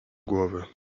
głowy